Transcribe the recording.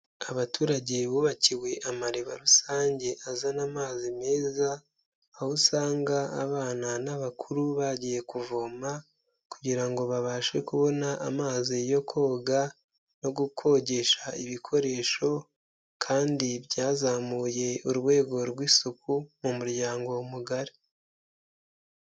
Abaturage bubakiwe amariba rusange azana amazi meza, aho usanga abana n'abakuru bagiye kuvoma kugira ngo ngo babashe kubona amazi yo koga no kogesha ibikoresho, kandi byazamuye urwego rw'isuku mu muryango mugari.